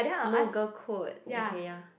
no girl code okay ya